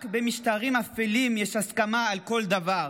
רק במשטרים אפלים יש הסכמה על כל דבר.